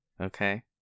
okay